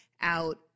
out